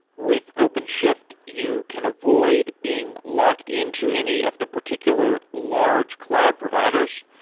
with openshift, you can avoid being locked into any of the particular large cloud providers.